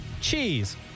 cheese